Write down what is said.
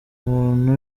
umuntu